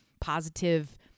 positive